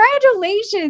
congratulations